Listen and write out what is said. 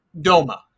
Doma